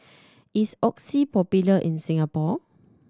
is Oxy popular in Singapore